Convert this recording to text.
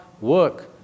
work